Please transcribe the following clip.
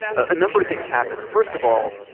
a number of things happen. first of all,